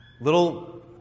little